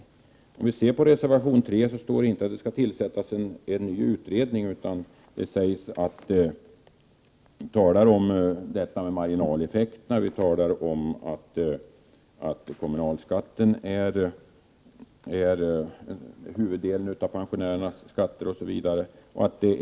Det står inte i reservation 3 att en ny utredning skall tillsättas, utan vi talar där om marginaleffekterna och att huvuddelen av pensionärernas skatter är kommunalskatter.